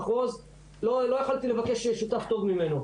הוא סוגיית חוות הבודדים סטטוס הטיפול של משרדי ממשלה,